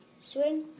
swing